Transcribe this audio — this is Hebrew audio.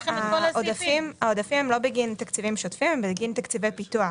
העודפים הם לא בגין תקציבים שוטפים אלא בגין תקציבי פיתוח.